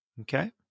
Okay